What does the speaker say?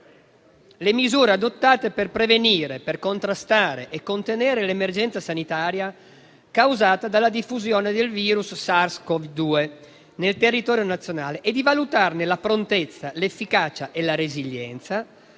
le misure adottate per prevenire, contrastare e contenere l'emergenza sanitaria causata dalla diffusione del virus SARS-CoV-2 nel territorio nazionale e di valutarne la prontezza, l'efficacia e la resilienza